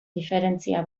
diferentzia